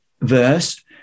verse